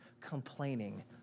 complaining